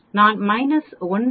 நான் 1 மைனஸை 0